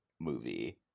movie